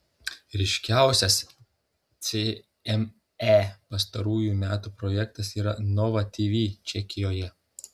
ryškiausias cme pastarųjų metų projektas yra nova tv čekijoje